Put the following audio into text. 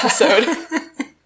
episode